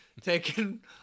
taken